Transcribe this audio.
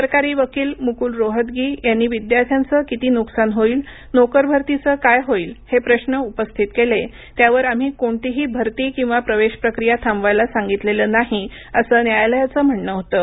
सरकारी वकील मुक्ल रोहतगी यांनी विद्यार्थ्यांचं किती न्कसान होईल नोकर भरतीचं काय होईल हे प्रश्न उपस्थित केले त्यावर आम्ही कोणतीही भरती किंवा प्रवेश प्रक्रीया थांबवायला सांगितलेलं नाही असं न्यायालयाचं म्हणणं होतं